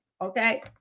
Okay